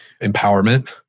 empowerment